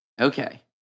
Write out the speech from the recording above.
Okay